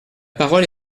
parole